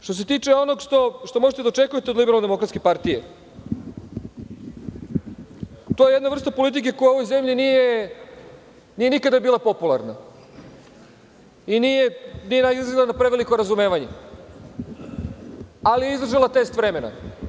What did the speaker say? Što se tiče onog što možete da očekujete od LDP-a, to je jedna vrsta politike koja u ovoj zemlji nije nikada bila popularna i nije bilo, izgleda, preveliko razumevanje, ali je izdržala test vremena.